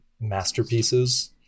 masterpieces